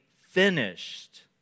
finished